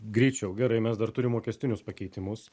greičiau gerai mes dar turim mokestinius pakeitimus